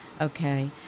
Okay